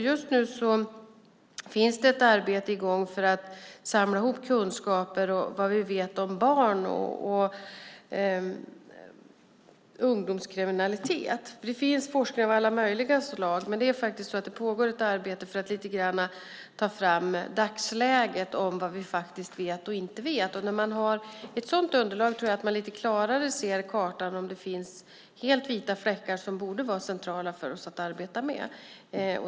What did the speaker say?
Just nu finns det ett arbete i gång för att samla kunskaper och vad vi vet om barn och ungdomskriminalitet. Det finns forskare av alla möjliga slag, men det är faktiskt så att det pågår ett arbete för att ta fram vad vi vet och inte vet i dagsläget. När man har ett sådant underlag tror jag att man lite klarare kan se på kartan om det finns helt vita fläckar som borde vara centrala för oss att arbeta med.